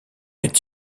est